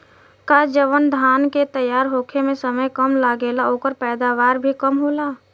का जवन धान के तैयार होखे में समय कम लागेला ओकर पैदवार भी कम होला?